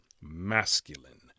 masculine